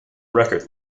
record